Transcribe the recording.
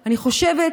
אני חושבת